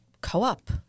co-op